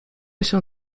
się